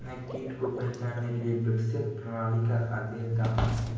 मैं कीट को पहचानने के लिए विकसित प्रणाली का अध्येता हूँ